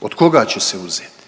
od koga će se uzeti.